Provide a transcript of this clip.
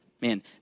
Man